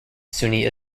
sunni